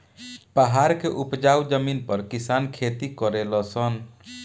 पहाड़ के उपजाऊ जमीन पर किसान खेती करले सन